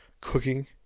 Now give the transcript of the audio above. cooking